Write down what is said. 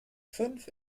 fünf